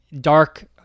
dark